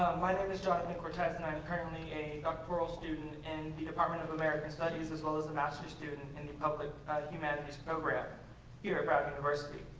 my name is jonathan cortez and i'm currently a doctoral student in the department of american studies as well as a master student in the public humanities program here at brown university.